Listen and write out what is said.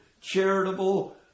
charitable